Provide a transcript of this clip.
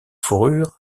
fourrures